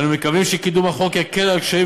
אנו מקווים שקידום החוק יקל את הקשיים